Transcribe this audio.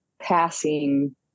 passing